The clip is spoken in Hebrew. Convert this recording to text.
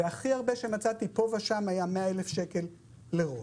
והכי הרבה שמצאתי פה ושם היה 100,000 שקל לראש.